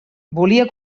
volia